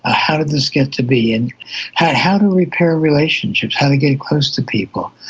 ah how did this get to be, and how how to repair relationships, how to get close to people.